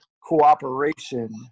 cooperation